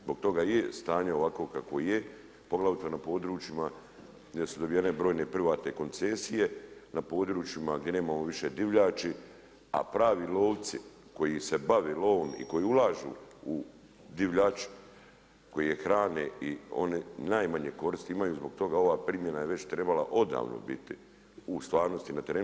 Zbog toga je stanje ovakvo kakvo je, poglavito na područjima gdje su dodijeljene brojne privatne koncesije, na područjima gdje nemamo više divljači, a pravi lovci koji se bave lovom i koji ulažu u divljač, koji je hrane i one najmanje koristi imaju, zbog toga ova primjena je već trebala biti u stvarnosti na terenu.